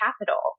capital